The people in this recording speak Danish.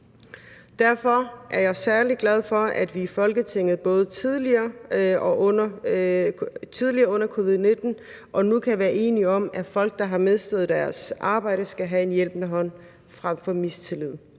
Derfor er jeg særlig glad for, at vi i Folketinget tidligere under covid-19 og nu kan være enige om, at folk, der har mistet deres arbejde, skal have en hjælpende hånd frem for mistillid